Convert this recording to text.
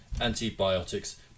antibiotics